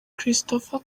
christopher